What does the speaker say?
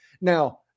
Now